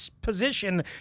position